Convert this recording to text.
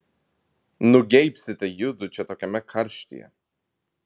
nugeibsite judu čia tokiame karštyje